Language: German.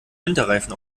winterreifen